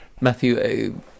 Matthew